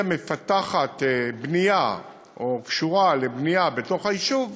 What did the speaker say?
היא המפתחת בנייה או קשורה לבנייה בתוך היישוב,